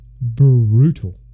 Brutal